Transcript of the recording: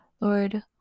Lord